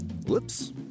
whoops